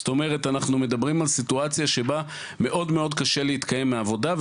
זאת אומרת אנחנו מדברים על סיטואציה שבה מאוד מאוד קשה להתקיים מעבודה.